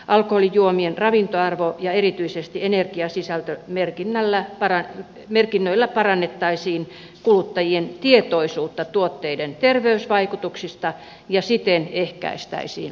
alkoholijuomien ravintoarvo ja erityisesti energiasisältömerkinnöillä parannettaisiin kuluttajien tietoisuutta tuotteiden terveysvaikutuksista ja siten ehkäistäisiin liikalihavuutta